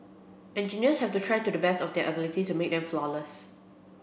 engineers have to try to the best of their ability to make them flawless